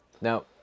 Now